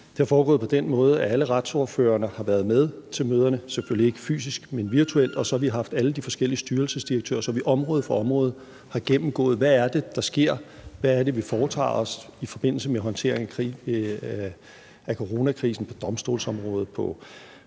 Det er foregået på den måde, at alle retsordførerne har været med til møderne, selvfølgelig ikke fysisk, men virtuelt, og så har vi haft alle de forskellige styrelsesdirektører inde, så vi område for område har gennemgået, hvad der sker, og hvad vi foretager os i forbindelse med håndteringen af coronakrisen på domstolsområdet,